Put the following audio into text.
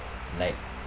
like